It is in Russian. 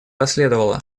последовало